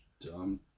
Dumb